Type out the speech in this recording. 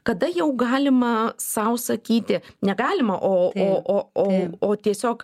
kada jau galima sau sakyti negalima o o o o tiesiog